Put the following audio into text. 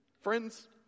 Friends